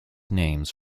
names